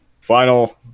Final